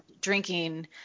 Drinking